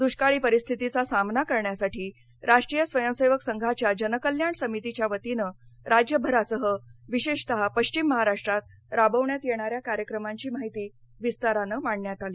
दृष्काळी परिस्थितीचा सामना करण्यासाठी राष्ट्रीय स्वयंसेवक संघच्या जनकल्याण समितीच्या वतीने राज्यभरासह विशेषतः पश्चिम महाराष्ट्रात राबविण्यात येणाऱ्या कार्यक्रमांची माहिती विस्ताराने मांडण्यात आली